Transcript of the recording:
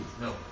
No